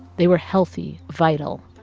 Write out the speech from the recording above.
they were healthy, vital,